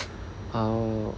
uh